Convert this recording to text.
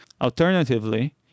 Alternatively